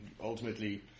ultimately